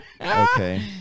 okay